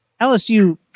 LSU